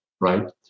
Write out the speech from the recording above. right